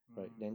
mm